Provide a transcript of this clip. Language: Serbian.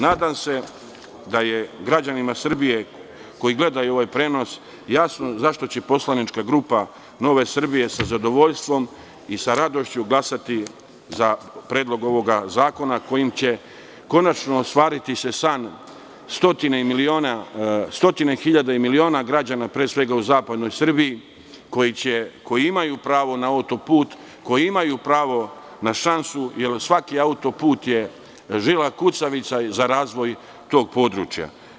Nadam se da je građanima Srbije koji gledaju ovaj prenos jasno zašto će poslanička grupa Nove Srbije sa zadovoljstvom i sa radošću glasati za predlog ovog zakona, kojim će se konačno ostvariti san stotine hiljada i miliona građana, pre svega u zapadnoj Srbiji, koji imaju pravo na autoput, koji imaju pravo na šansu, jer svaki autoput je žila kucalica za razvoj tog područja.